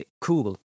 cool